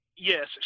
Yes